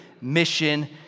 mission